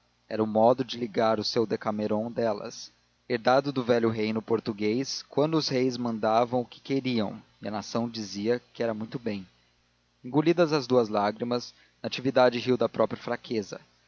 era um modo de ligar o seu decameron delas herdado do velho reino português quando os reis mandavam o que queriam e a nação dizia que era muito bem engolidas as duas lágrimas natividade riu da própria fraqueza